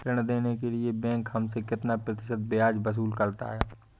ऋण देने के लिए बैंक हमसे कितना प्रतिशत ब्याज वसूल करता है?